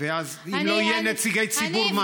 אם לא יהיו נציגי ציבור, מה?